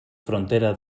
frontera